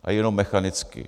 A jenom mechanicky.